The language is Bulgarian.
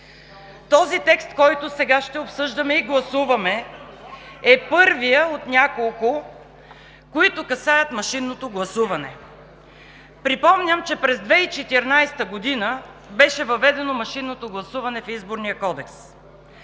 Този текст, който сега ще обсъждаме и гласуваме, е първият от няколко, които касаят машинното гласуване. Припомням, че през 2014 г. беше въведено машинното гласуване в Изборния кодекс